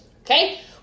okay